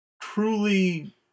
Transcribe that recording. Truly